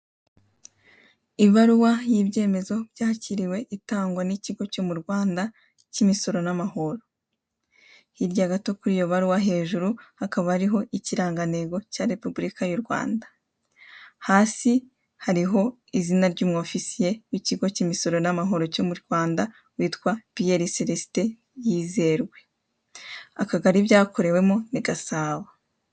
Ibaruwa y'ibyemezo byakiriwe itangwa n'ikigo cyo mu Rwanda cy'imisoro n'amahoro. Hirya gato kuri iyo baruwa hejuru hakaba hariho ikirangantego cya Repubulika y'u Rwanda. Hasi hariho izina ry'umu ofisiye w'ikigo cy'imisoro n'amahoro cyo mu Rwanda witwa Piyeri seresite yizewe. Akagari byakorewemo ni Gasabo.